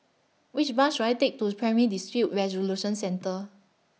Which Bus should I Take to Primary Dispute Resolution Centre